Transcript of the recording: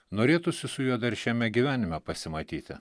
norėtųsi su juo dar šiame gyvenime pasimatyti